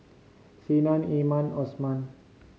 Senin Iman Osman